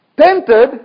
Tempted